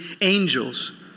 angels